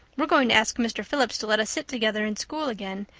we're going to ask mr. phillips to let us sit together in school again,